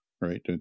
right